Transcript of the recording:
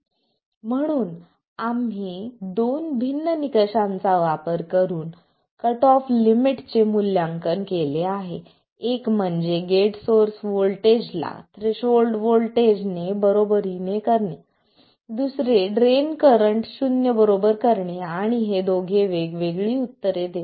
म्हणून आम्ही दोन भिन्न निकषांचा वापर करून कट ऑफ लिमिट चे मूल्यांकन केले आहे एक म्हणजे गेट सोर्स व्होल्टेजला थ्रेशोल्ड व्होल्टेजचे बराबरीने करणे दुसरे ड्रेन करंट शून्य बरोबर करणे आणि हे दोघे वेगवेगळी उत्तरे देतात